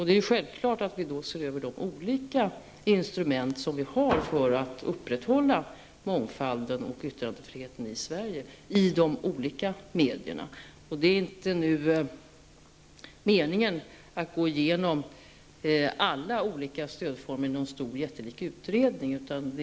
Det är då självklart att vi ser över de olika instrument vi har för att upprätthålla mångfalden och yttrandefriheten i Sverige i de olika medierna. Det är nu inte meningen att man skall gå igenom alla olika stödformer som finns i någon stor jättelik utredning.